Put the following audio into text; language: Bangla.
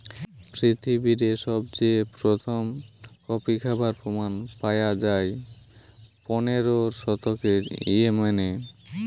পৃথিবীরে সবচেয়ে প্রথম কফি খাবার প্রমাণ পায়া যায় পনেরোর শতকে ইয়েমেনে